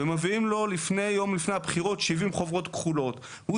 ומביאים לו יום לפני הבחירות 70 חוברות כחולות והוא